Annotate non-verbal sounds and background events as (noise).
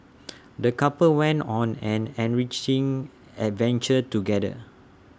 (noise) the couple went on an enriching adventure together